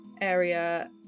area